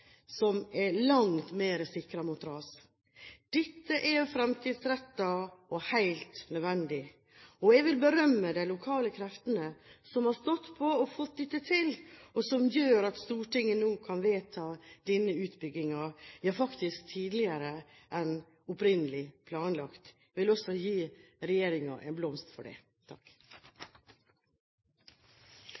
som er langt mer sikret mot ras. Dette er fremtidsrettet og helt nødvendig. Jeg vil berømme de lokale kreftene som har stått på og fått dette til, og som gjør at Stortinget nå kan vedta denne utbyggingen – ja, faktisk tidligere enn opprinnelig planlagt. Jeg vil også gi regjeringen en blomst for det.